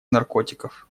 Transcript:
наркотиков